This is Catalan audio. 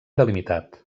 delimitat